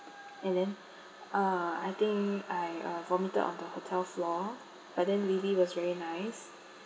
and then uh I think I uh vomited on the hotel floor but then lily was very nice